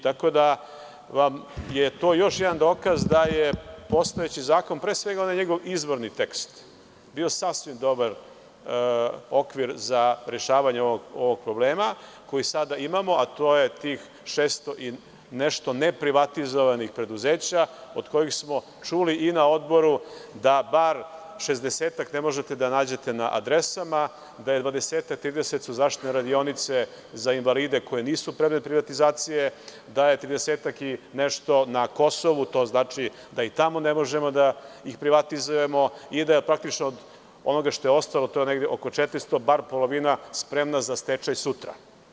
Tako da, to vam je još jedan dokaz da je postojeći zakon, pre svega onaj njegov izvorni tekst, bio sasvim dobar okvir za rešavanje ovog problema koji sada imamo, a to je tih 600 i nešto neprivatizovanih preduzeća, od kojih smo čuli i na odboru da bar šezdesetak ne možete da nađete na adresama, da su dvadesetak-tridesetak zaštitne radionice za invalide koje nisu predmet privatizacije, da je tridesetak i nešto na Kosovu, što znači da i tamo ne možemo da ih privatizujemo, i da je praktično od onoga što je ostalo, a to je negde oko 400, bar polovina spremna za stečaj sutra.